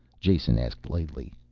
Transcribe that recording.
jason asked lightly.